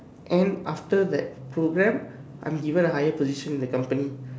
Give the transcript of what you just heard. and after that program I will be given a high position in the company